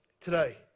today